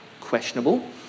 questionable